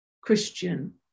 Christian